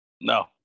no